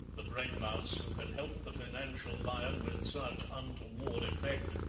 the brainmouse who had helped the financial lion with such untoward effect,